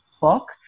book